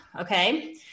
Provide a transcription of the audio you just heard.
okay